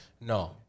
No